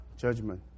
judgment